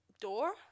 door